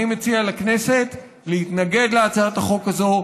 אני מציע לכנסת להתנגד להצעת החוק הזו,